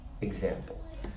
example